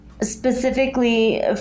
specifically